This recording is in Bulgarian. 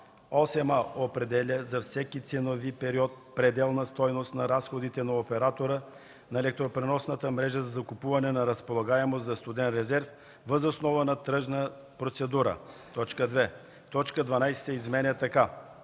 „8а. определя за всеки ценови период пределна стойност на разходите на оператора на електропреносната мрежа за закупуване на разполагаемост за студен резерв въз основа на тръжна процедура;”. 2. Точка 12 се изменя така: